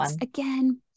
again